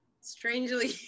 strangely